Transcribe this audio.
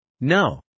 No